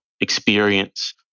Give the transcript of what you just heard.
experience